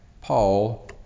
Paul